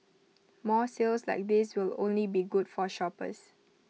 more sales like these will only be good for shoppers